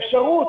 אפשרות.